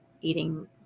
eating